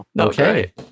Okay